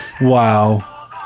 Wow